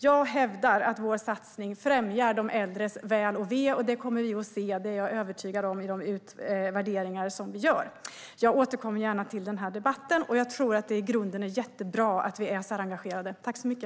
Jag hävdar att vår satsning främjar de äldres väl och ve, och det kommer vi att se i de utvärderingar som vi gör. Det är jag övertygad om. Jag återkommer gärna till den här debatten, och jag tror att det i grunden är jättebra att vi är så här engagerade.